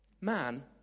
man